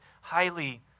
highly